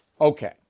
Okay